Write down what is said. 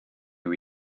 nhw